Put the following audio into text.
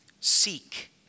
Seek